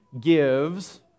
gives